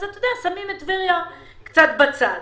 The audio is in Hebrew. אז שמים את טבריה קצת בצד.